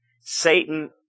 Satan